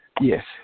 Yes